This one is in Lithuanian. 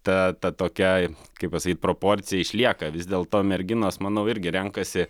ta ta tokia kaip pasakyt proporcija išlieka vis dėlto merginos manau irgi renkasi